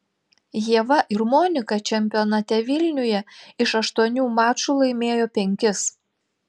ieva ir monika čempionate vilniuje iš aštuonių mačų laimėjo penkis